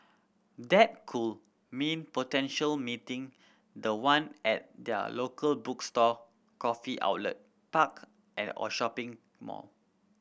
that could mean potential meeting the one at their local bookstore coffee outlet park and or shopping mall